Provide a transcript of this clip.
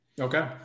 Okay